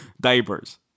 diapers